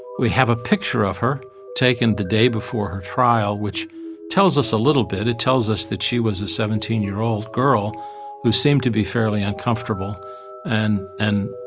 we have a picture of her taken the day before her trial, which tells us a little bit. it tells us that she was a seventeen year old girl who seemed to be fairly uncomfortable and and